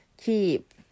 Keep